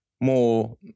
more